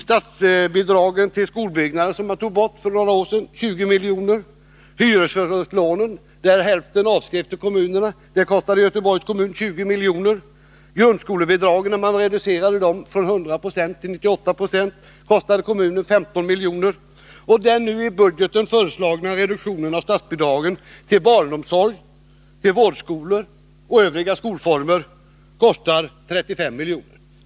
Statsbidraget till skolbyggnader togs bort för några år sedan, och det kostade 20 miljoner. Av hyresförlustlånen avskrevs hälften till kommunerna, och det kostade Göteborg 20 miljoner. Grundskolebidragen reducerades från 100 9o till 98 26, och det kostade kommunen 15 miljoner. Den nu i budgeten föreslagna reduktionen av statsbidragen till barnomsorg, till vårdskolor och till övriga skolformer kostar 35 miljoner.